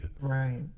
Right